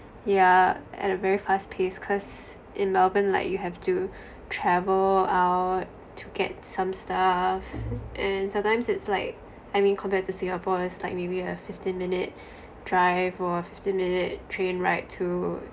yeah at a very fast pace cause in melbourne like you have to travel out to get some stuff and sometimes it's like I mean compared to singapore it's like maybe a fifteen minute drive or fifteen minute train ride to